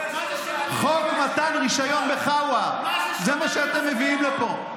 חוק מתן רישיון ב"חאווה", זה מה שאתם מביאים לפה.